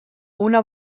una